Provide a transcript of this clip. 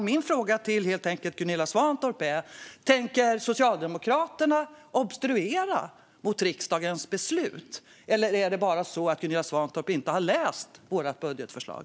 Min fråga till Gunilla Svantorp är helt enkelt: Tänker Socialdemokraterna obstruera mot riksdagens beslut, eller är det bara så att Gunilla Svantorp inte har läst vårt budgetförslag?